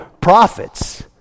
prophets